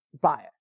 bias